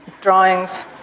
drawings